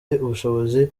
ubushobozi